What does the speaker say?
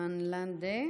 וסרמן לנדה.